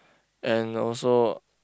and also